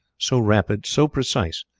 so rapid, so precise,